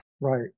Right